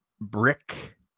Brick